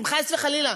אם חס חלילה